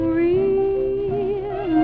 real